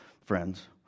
friends